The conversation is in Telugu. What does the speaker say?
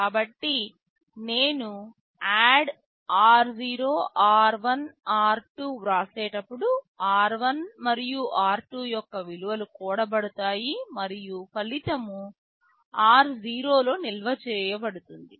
కాబట్టి నేను ADD r0 r1 r2 వ్రాసేటప్పుడు r1 మరియు r2 యొక్క విలువలు కూడబడతాయి మరియు ఫలితం r0 లో నిల్వ చేయబడుతుంది